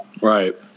Right